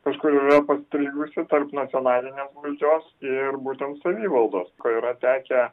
kažkur yra pastrigusi tarp nacionalinės valdžios ir būtent savivaldos kai yra tekę